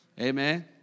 amen